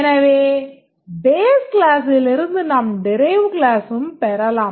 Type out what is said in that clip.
எனவே base classலிருந்து நாம் derived கிளாஸ்சும் பெறலாம்